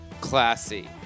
classy